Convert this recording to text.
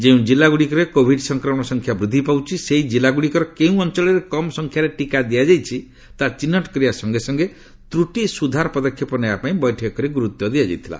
ଯେଉଁ ଜିଲ୍ଲାଗୁଡ଼ିକରେ କୋଭିଡ ସଂକ୍ରମଣ ସଂଖ୍ୟା ବୃଦ୍ଧି ପାଉଛି ସେହି କିଲ୍ଲାଗୁଡ଼ିକର କେଉଁ ଅଞ୍ଚଳରେ କମ୍ ସଂଖ୍ୟାରେ ଟିକା ଦିଆଯାଇଛି ତାହା ଚିହ୍ନଟ କରିବା ସଙ୍ଗେସଙ୍ଗେ ତ୍ରୁଟି ସୁଧାର ପଦକ୍ଷେପ ନେବା ପାଇଁ ବୈଠକରେ ଗୁରୁତ୍ୱ ଦିଆଯାଇଥିଲା